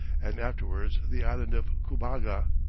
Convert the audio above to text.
and afterwards the island of cubaga,